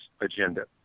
agenda